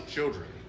Children